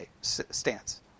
stance